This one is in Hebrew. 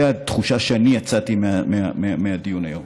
זאת התחושה שאני יצאתי איתה מהדיון היום.